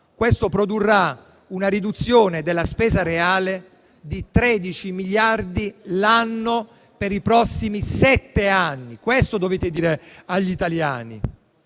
Questo produrrà una riduzione della spesa reale di 13 miliardi l'anno per i prossimi sette anni: questo dovete dire agli italiani.